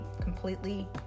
completely